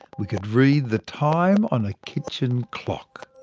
we could read the time on a kitchen clock.